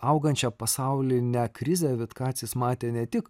augančią pasaulinę krizę vitkacis matė ne tik